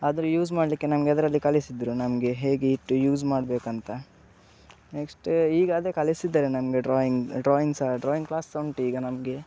ಆದರೂ ಯೂಸ್ ಮಾಡಲಿಕ್ಕೆ ನಮಗೆ ಅದರಲ್ಲಿ ಕಲಿಸಿದರು ನಮಗೆ ಹೇಗೆ ಇಟ್ಟು ಯೂಸ್ ಮಾಡಬೇಕಂತ ನೆಕ್ಸ್ಟ್ ಈಗ ಅದೆ ಕಲಿಸಿದ್ದಾರೆ ನಮ್ಗೆ ಡ್ರಾಯಿಂಗ್ ಡ್ರಾಯಿಂಗ್ ಸಹ ಡ್ರಾಯಿಂಗ್ ಕ್ಲಾಸ್ ಸಹ ಉಂಟು ಈಗ ನಮಗೆ